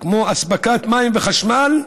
כמו מים וחשמל,